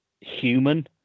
human